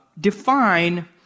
define